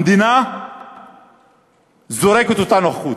המדינה זורקת אותנו החוצה.